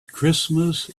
christmas